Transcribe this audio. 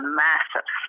massive